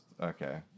Okay